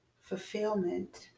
fulfillment